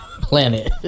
planet